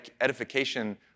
edification